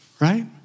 right